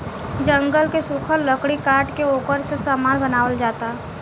जंगल के सुखल लकड़ी काट के ओकरा से सामान बनावल जाता